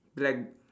black